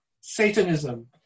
Satanism